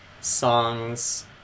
songs